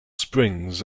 springs